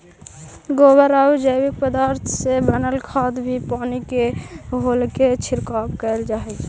गोबरआउ जैविक पदार्थ से बनल खाद भी पानी में घोलके छिड़काव कैल जा हई